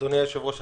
אדוני היושב-ראש,